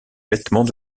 vêtements